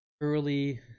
early